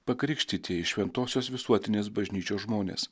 pakrikštytieji šventosios visuotinės bažnyčios žmonės